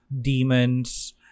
demons